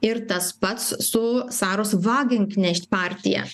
ir tas pats su saros vagenknecht partija